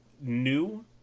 new